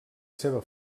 seva